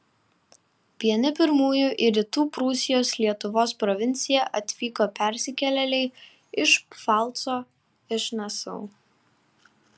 vieni pirmųjų į rytų prūsijos lietuvos provinciją atvyko persikėlėliai iš pfalco iš nasau